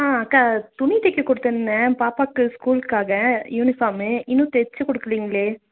ஆ அக்கா துணி தைக்க கொடுத்துருந்தேன் பாப்பாவுக்கு ஸ்கூல்க்காக யூனிஃபார்மு இன்னும் தைச்சு கொடுக்கலேங்களே